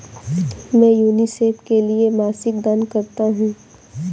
मैं यूनिसेफ के लिए मासिक दान करता हूं